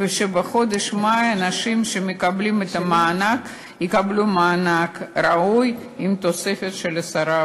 שזה מיועד לפנסיונרים, למשפחות שנזקקות לכך.